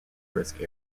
risk